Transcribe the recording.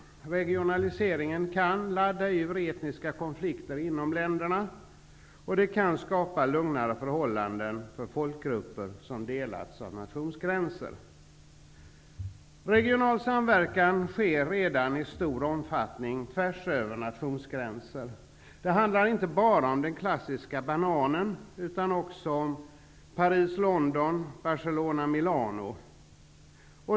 Regionaliseringen kan ladda ur etniska konflikter inom länderna och skapa lugnare förhållanden för folkgrupper som delas av nationsgränser. Regional samverkan sker redan i stor omfattning tvärs över nationsgränser. Det handlar inte bara om den klassiska ''bananen'' utan också om samverkan mellan Paris och London och mellan Barcelona och Milano.